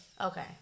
Okay